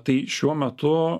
tai šiuo metu